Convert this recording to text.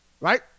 Right